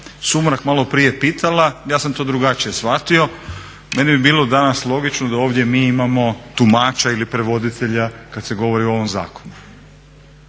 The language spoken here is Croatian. Sumrak maloprije pitala ja sam to drugačije shvatio. Meni bi bilo danas logično da ovdje mi imamo tumača ili prevoditelja kad se govori o ovom zakonu.